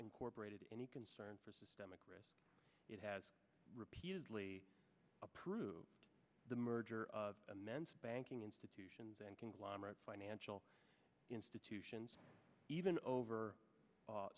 incorporated any concern for systemic risk it has repeatedly approved the merger of immense banking institutions and conglomerate financial institutions even over